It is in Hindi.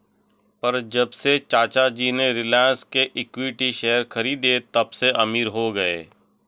पर जब से चाचा जी ने रिलायंस के इक्विटी शेयर खरीदें तबसे अमीर हो गए